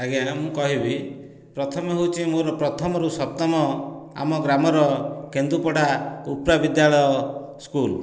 ଆଜ୍ଞା ମୁଁ କହିବି ପ୍ରଥମେ ହେଉଛି ମୋର ପ୍ରଥମରୁ ସପ୍ତମ ଆମ ଗ୍ରାମର କେନ୍ଦୁପଡ଼ା ଉପ୍ରା ବିଦ୍ୟାଳୟ ସ୍କୁଲ୍